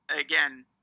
again